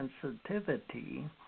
sensitivity